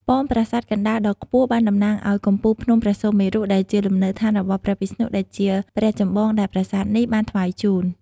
ប៉មប្រាសាទកណ្តាលដ៏ខ្ពស់បានតំណាងឲ្យកំពូលភ្នំព្រះសុមេរុដែលជាលំនៅដ្ឋានរបស់ព្រះវិស្ណុដែលជាព្រះចម្បងដែលប្រាសាទនេះបានថ្វាយជូន។